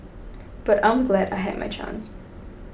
but I'm glad I had my chance